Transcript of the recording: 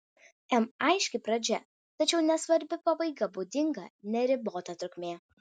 em aiški pradžia tačiau nesvarbi pabaiga būdinga neribota trukmė